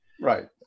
right